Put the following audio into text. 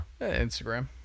Instagram